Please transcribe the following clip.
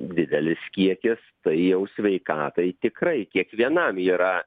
didelis kiekis tai jau sveikatai tikrai kiekvienam yra